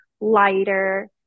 lighter